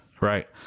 right